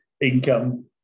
income